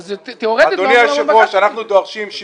אבל תיאורטית למה לא הולכים לבג"ץ עם זה?